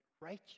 righteous